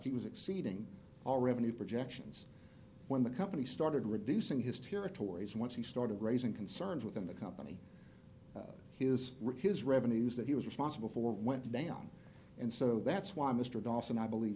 he was exceeding all revenue projections when the company started reducing his territories once he started raising concerns within the company his his revenues that he was responsible for went down and so that's why mr dawson i believe